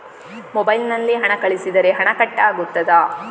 Mobile ನಲ್ಲಿ ಹಣ ಕಳುಹಿಸಿದರೆ ಹಣ ಕಟ್ ಆಗುತ್ತದಾ?